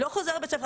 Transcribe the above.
לא חוזר לבית הספר.